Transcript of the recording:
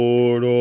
Lord